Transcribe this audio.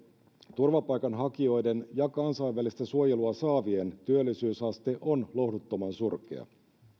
turvapaikanhakijoiden ja kansainvälistä suojelua saavien työllisyysaste on lohduttoman surkea